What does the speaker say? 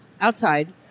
outside